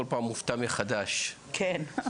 כי לפעמים המציאות טופחת על פני כל אמת